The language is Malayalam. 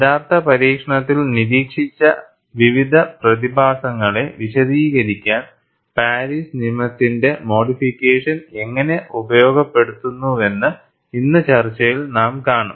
യഥാർത്ഥ പരീക്ഷണത്തിൽ നിരീക്ഷിച്ച വിവിധ പ്രതിഭാസങ്ങളെ വിശദീകരിക്കാൻ പാരീസ് നിയമത്തിന്റെ മോഡിഫിക്കേഷൻ എങ്ങനെ ഉപയോഗപ്പെടുത്തുന്നുവെന്ന് ഇന്ന് ചർച്ചയിൽ നാം കാണും